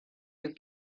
you